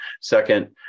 Second